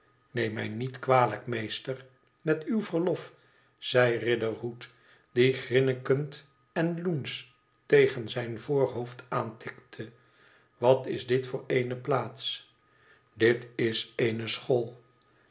neem mij met kwalijk meester met uw verlof zei riderhood die grinnikend enloensch tegen zijn voorhoofd aantikte twatisdit voor eene plaats v dit is eene school